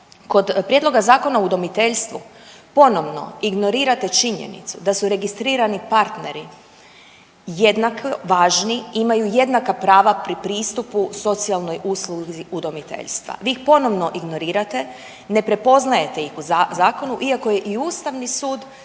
Kod Prijedloga zakona o udomiteljstvu ponovno ignorirate činjenicu da su registrirani partneri jednako važni, imaju jednaka prava pri pristupu socijalnoj usluzi udomiteljstva. Vi ih ponovno ignorirate, ne prepoznajete ih u zakonu iako je i Ustavni sud